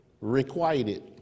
requited